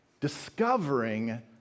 discovering